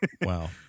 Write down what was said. Wow